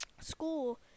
school